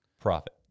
Profit